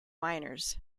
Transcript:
miners